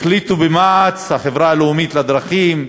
החליטו במע"צ, החברה הלאומית לדרכים,